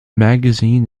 magazine